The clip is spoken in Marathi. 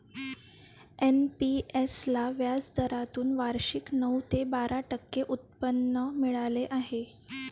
एन.पी.एस ला व्याजदरातून वार्षिक नऊ ते बारा टक्के उत्पन्न मिळाले आहे